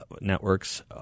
networks